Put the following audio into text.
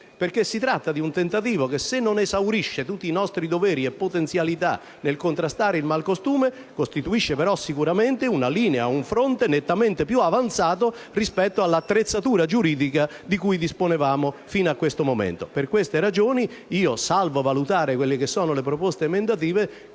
perché si tratta di un tentativo che, se non esaurisce tutti i nostri doveri e potenzialità nel contrastare il malcostume, costituisce però sicuramente una linea, un fronte nettamente più avanzato rispetto all'attrezzatura giuridica di cui disponevamo fino a questo momento. Per queste ragioni, salvo valutare le proposte emendative,